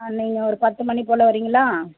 நீங்கள் ஒரு பத்து மணி போல வரீங்களா